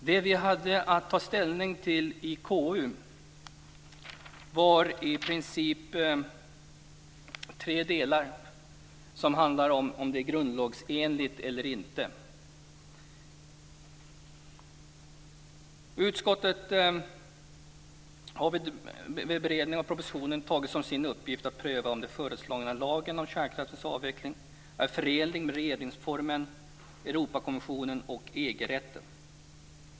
Det vi hade att ta ställning till i KU var i princip tre frågor som handlar om huruvida lagförslaget är grundlagsenligt eller inte. Utskottet har vid beredning av propositionen tagit som sin uppgift att pröva om den föreslagna lagen om kärnkraftens avveckling är förenlig med regeringsformen, Europakonventionen och EG-rätten.